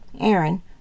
Aaron